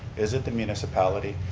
is it the municipality?